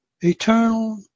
eternal